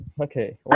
okay